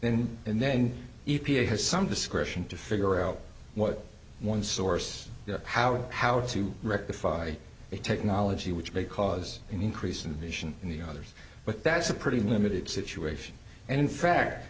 then and then e p a has some discretion to figure out what one source how and how to rectify a technology which may cause an increase in the nation and the others but that's a pretty limited situation and in fact